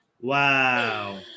Wow